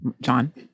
John